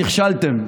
נכשלתם,